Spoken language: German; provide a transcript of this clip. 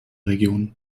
region